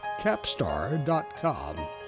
Capstar.com